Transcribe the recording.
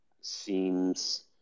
seems